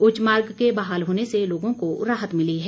उच्च मार्ग के बहाल होने से लोगों को राहत मिली है